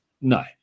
No